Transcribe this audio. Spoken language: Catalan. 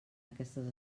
aquestes